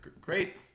great